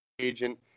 agent